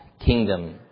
kingdom